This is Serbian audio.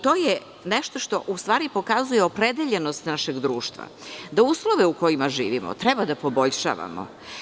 To je nešto što u stvari pokazuje opredeljenost našeg društva da uslove u kojima živimo treba da poboljšavamo.